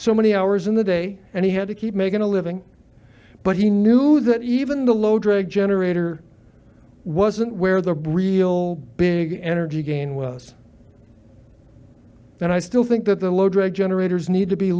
so many hours in the day and he had to keep making a living but he knew that even the low drag generator wasn't where the real big energy gain was and i still think that the low drag generators need to be